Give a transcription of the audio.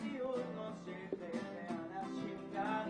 (מופע מוזיקלי) מקסים, מקסים.